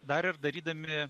dar ir darydami